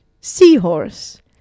Seahorse